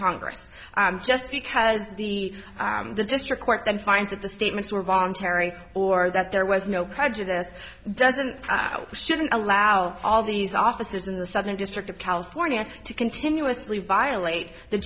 congress just because the the district court then finds that the statements were voluntary or that there was no prejudice doesn't shouldn't allow all these officers in the southern district of california to continuously violate the